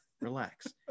relax